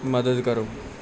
ਮਦਦ ਕਰੋ